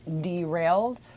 derailed